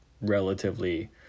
relatively